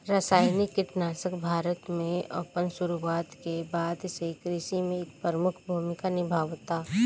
रासायनिक कीटनाशक भारत में अपन शुरुआत के बाद से कृषि में एक प्रमुख भूमिका निभावता